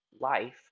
life